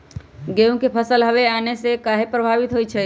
गेंहू के फसल हव आने से काहे पभवित होई छई?